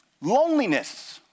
Loneliness